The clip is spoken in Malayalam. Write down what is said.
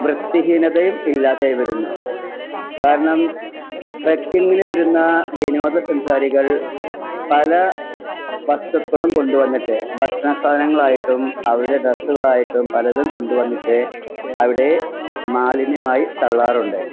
വൃത്തിഹീനതയും ഇല്ലാതെയായി വരുന്നു കാരണം ട്രക്കിങ്ങിന് വരുന്ന വിനോദസഞ്ചാരികൾ പല വസ്തുക്കളും കൊണ്ടുവന്നിട്ട് ഭക്ഷണ സാധനകളായിട്ടും അവരുടെ ഡ്രസ്സുകളായിട്ടും പലതും കൊണ്ട് വന്നിട്ട് അവിടെ മാലിന്യമായി തള്ളാറുണ്ട്